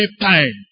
time